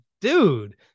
dude